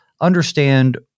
understand